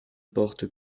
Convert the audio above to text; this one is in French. porte